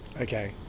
Okay